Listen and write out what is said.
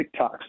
TikToks